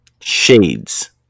Shades